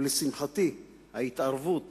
ולשמחתי, ההתערבות